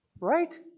Right